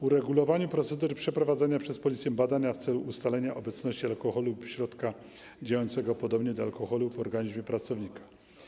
Uregulowanie procedury przeprowadzania przez Policję badania w celu ustalenia obecności alkoholu lub środka działającego podobnie do alkoholu w organizmie pracownika.